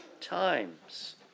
times